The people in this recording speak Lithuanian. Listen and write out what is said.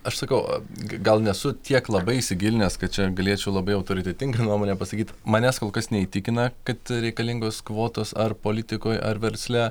aš sakau gal nesu tiek labai įsigilinęs kad čia galėčiau labai autoritetingą nuomonę pasakyt manęs kol kas neįtikina kad reikalingos kvotos ar politikoj ar versle